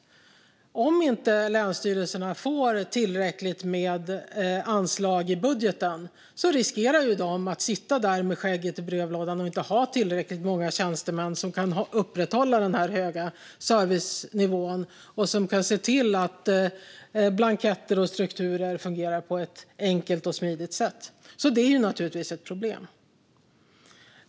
Om inte länsstyrelserna får tillräckligt med anslag i budgeten riskerar de att sitta där med skägget i brevlådan och inte ha tillräckligt många tjänstemän som kan upprätthålla den höga servicenivån och som kan se till att blanketter och strukturer fungerar på ett enkelt och smidigt sätt. Det är naturligtvis ett problem.